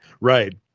Right